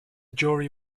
jury